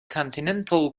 continental